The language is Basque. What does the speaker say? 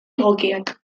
egokiak